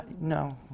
No